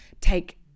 take